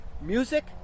music